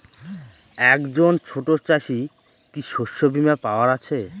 একজন ছোট চাষি কি শস্যবিমার পাওয়ার আছে?